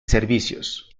servicios